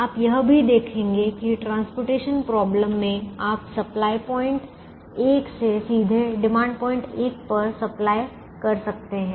आप यह भी देखेंगे कि परिवहन समस्या में आप सप्लाय पॉइंट एक से सीधे डिमांड पॉइंट एक पर सप्लाय कर सकते हैं